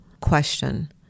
question